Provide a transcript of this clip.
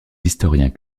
historiens